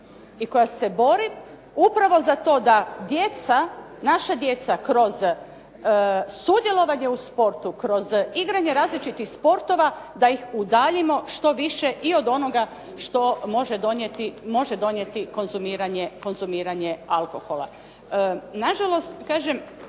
i koja se bori upravo za to da djeca, naša djeca kroz sudjelovanje u sportu, kroz igranje različitih sportova da ih udaljimo što više i od onoga što može donijeti konzumiranje alkohola.